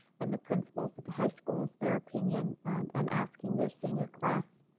and the principals at the high schools, their opinion and and asking their senior class